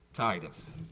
Titus